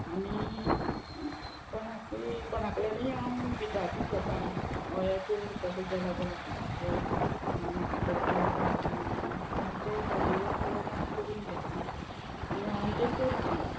आनी कोणाकय कोणाकल्यानी हांव विचारून घेता वयाचे कशें केला गो म्हाका दाखय म्हाका करपाक जाय बीन म्हणोन हांव तें ताजे कडेन पोवन हांव करून घेता आनी हांव तें करतां